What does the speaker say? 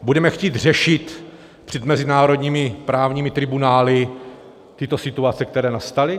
Budeme chtít řešit před mezinárodními právními tribunály tyto situace, které nastaly?